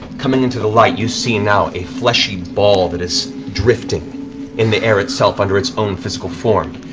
coming into the light, you see now a fleshy ball that is drifting in the air itself under its own physical form.